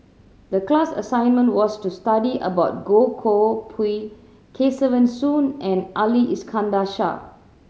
the class assignment was to study about Goh Koh Pui Kesavan Soon and Ali Iskandar Shah